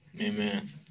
Amen